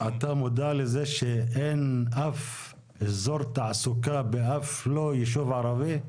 אתה מודע לזה שאין אף אזור תעסוקה באף לא ישוב ערבי?